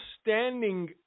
standing